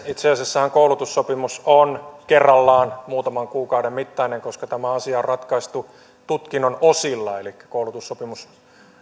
itse asiassahan koulutussopimus on kerrallaan muutaman kuukauden mittainen koska tämä asia on ratkaistu tutkinnon osilla elikkä koulutussopimus